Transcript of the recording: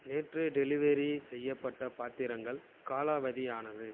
நேற்று டெலிவெரி செய்யப்பட்ட பாத்திரங்கள் காலாவதி ஆனது